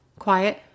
quiet